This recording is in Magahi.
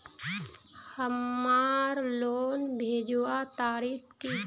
हमार लोन भेजुआ तारीख की?